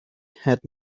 had